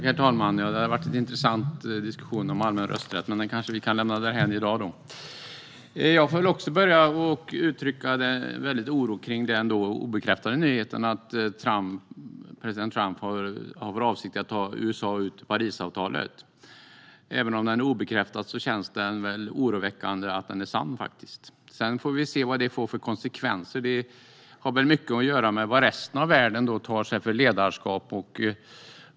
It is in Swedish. Herr talman! Det hade kunnat vara en intressant diskussion om allmän rösträtt, men den kanske vi kan lämna därhän i dag. Jag får börja med att uttrycka en väldig oro kring den obekräftade nyheten att president Trump har för avsikt att ta ut USA ur Parisavtalet. Även om den är obekräftad känns den oroväckande - den kan faktiskt vara sann. Vi får se vad det får för konsekvenser. Det har mycket att göra med vad resten av världen tar för ledarskap.